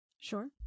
Sure